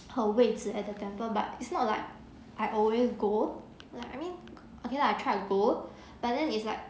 好位置 at the temple but it's not like I always go lah I mean okay lah I tried to go but then is like